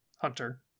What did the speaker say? hunter